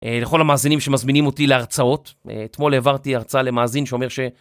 לכל המאזינים שמזמינים אותי להרצאות, אתמול העברתי הרצאה למאזין שאומר ש...